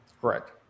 Correct